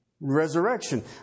resurrection